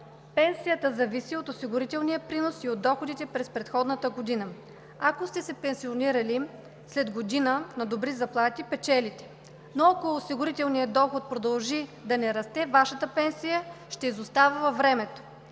пенсията зависи от осигурителния принос и от доходите през предходната година. Ако сте се пенсионирали след година, на добри заплати, печелите, но, ако осигурителният доход продължи да не расте, Вашата пенсия ще изостава във времето.